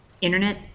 Internet